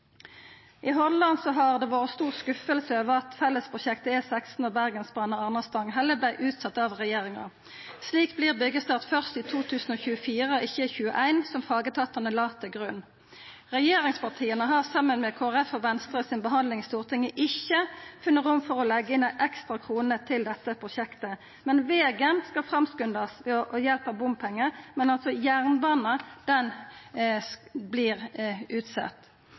I Hordaland har det vore stor skuffelse over at fellesprosjektet E16 og Bergensbanen Arna–Stanghelle vart utsette av regjeringa. Slik vert det byggjestart først i 2024, og ikkje i 2021, som fagetatane la til grunn. Regjeringspartia har saman med Kristeleg Folkeparti og Venstre i si behandling i Stortinget ikkje funne rom til å leggja inn ei ekstra krone til dette prosjektet. Vegen skal